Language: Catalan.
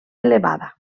elevada